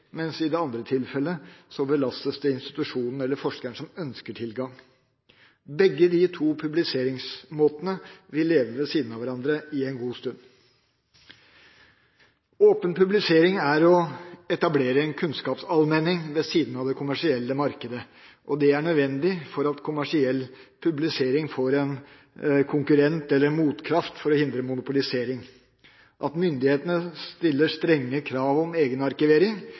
mens det i det andre tilfellet belastes den institusjonen eller forskeren som ønsker tilgang. Begge disse to publiseringsmåtene vil leve ved siden av hverandre en god stund. Åpen publisering er å etablere en kunnskapsallmenning ved siden av det kommersielle markedet. Det er nødvendig for at kommersiell publisering får en konkurrent eller motkraft for å hindre monopolisering. At myndighetene stiller strenge krav om egenarkivering